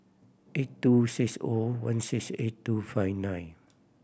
eight two six O one six eight two five nine